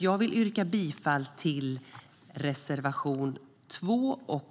Jag vill yrka bifall till reservationerna 2 och 7.